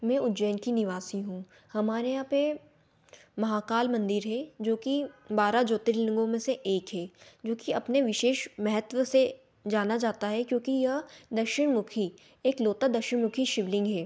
मैं उज्जैन की निवासी हूँ हमारे यहाँ पे महाकाल मंदिर है जो कि बारह ज्योतिर्लिंगों में से एक हे जो कि अपने विशेष महत्व से जाना जाता है क्योंकि यह दक्षिणमुखी एकलौता दक्षिणमुखी शिवलिंग है